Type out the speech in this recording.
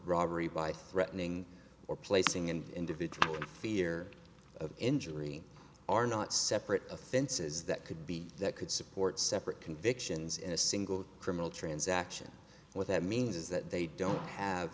robbery by threatening or placing in fear of injury are not separate offenses that could be that could support separate convictions in a single criminal transaction what that means is that they don't have